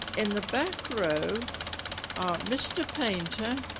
in the back row are mr painter,